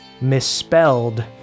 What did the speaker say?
misspelled